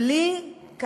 בלי, תודה.